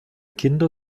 kinder